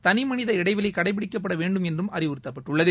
தனிமனித இடைவெளி கடைபிடிக்க வேண்டும் என்றும் அறிவுறுத்தப்பட்டுள்ளது